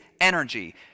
energy